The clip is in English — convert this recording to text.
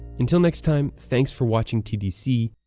until next time, thanks for watching tdc,